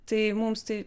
tai mums tai